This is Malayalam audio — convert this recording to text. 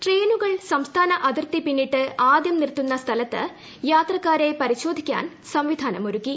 ട്രെയിനുകൾ സംസ്ഥാന അതിർത്തി പിന്നിട്ട് ആദ്യം നിർത്തുന്ന സ്ഥലത്ത് യാത്രക്കാരെ പരിശോധിക്കാൻ സംവിധാനമൊരുക്കി